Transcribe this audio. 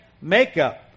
makeup